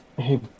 Hey